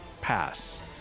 pass